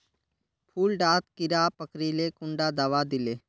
फुल डात कीड़ा पकरिले कुंडा दाबा दीले?